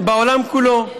בעולם כולו.